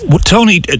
Tony